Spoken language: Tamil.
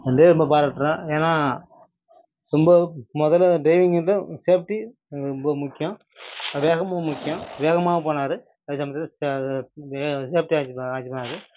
அந்த ட்ரைவரை ரொம்ப பாராட்டுறேன் ஏன்னால் ரொம்ப முதல்ல ட்ரைவிங்குக்கு சேஃப்டி ரொம்ப ரொம்ப முக்கியம் வேகமும் முக்கியம் வேகமாகவும் போனார் அதே சமயத்தில் சே அது இப்போ சேஃப்டியாக அழைச்சிட்டு போனார் அழைச்சிட்டு போனார்